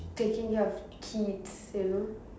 taking care of kids you know